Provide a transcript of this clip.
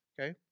Okay